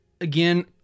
again